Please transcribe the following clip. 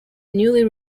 newly